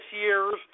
year's